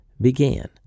began